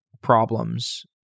problems